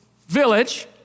village